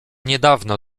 niedawno